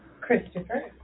Christopher